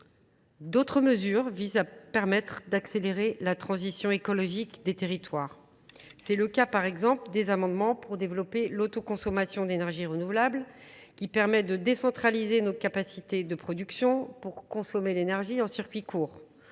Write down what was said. D'autres mesures visent à permettre d'accélérer la transition écologique des territoires. C'est le cas par exemple des amendements pour développer l'autoconsommation d'énergie renouvelable qui permet de décentraliser nos capacités de production pour consommer l'énergie en circuit court.